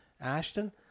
Ashton